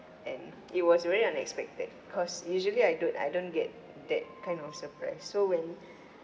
and it was very unexpected cause usually I don't I don't get that kind of surprise so when